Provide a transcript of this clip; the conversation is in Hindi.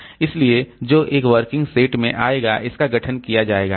इसलिए जो एक वर्किंग सेट में आएगा इसका गठन किया जाएगा